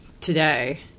today